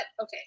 okay